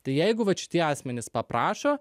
tai jeigu vat tie asmenys paprašo